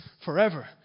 forever